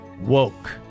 woke